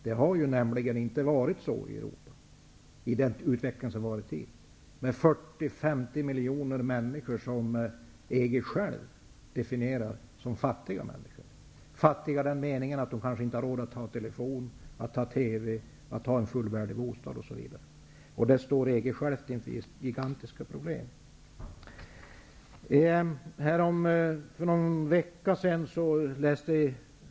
Det har nämligen inte varit så i Europa med den utveckling som skett hittills, med 40-50 miljoner människor som EG självt definierar som fattiga, i den meningen att de inte har råd med telefon, TV, en fullvärdig bostad, osv. EG står här inför gigantiska problem.